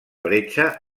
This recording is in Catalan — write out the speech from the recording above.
bretxa